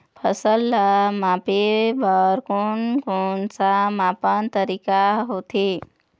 फसल ला मापे बार कोन कौन सा मापन तरीका होथे?